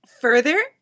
further